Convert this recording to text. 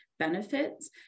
benefits